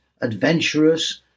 adventurous